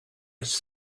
his